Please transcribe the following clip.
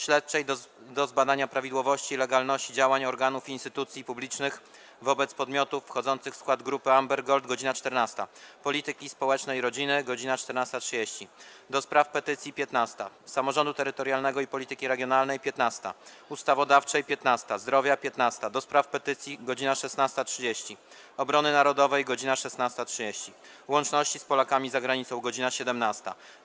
Śledczej do zbadania prawidłowości i legalności działań organów i instytucji publicznych wobec podmiotów wchodzących w skład Grupy Amber Gold - godz. 14, - Polityki Społecznej i Rodziny - godz. 14.30, - do Spraw Petycji - godz. 15, - Samorządu Terytorialnego i Polityki Regionalnej - godz. 15, - Ustawodawczej - godz. 15, - Zdrowia - godz. 15, - do Spraw Petycji - godz. 16.30, - Obrony Narodowej - godz. 16.30, - Łączności z Polakami za Granicą - godz. 17,